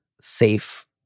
safe